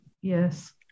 Yes